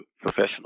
professional